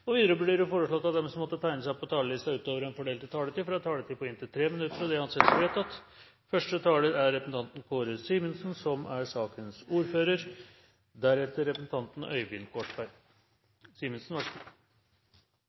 taletid. Videre blir det foreslått at de som måtte tegne seg på talerlisten utover den fordelte taletid, får en taletid på inntil 3 minutter. – Det anses vedtatt. Første taler er Kjersti Toppe, som er sakens ordfører.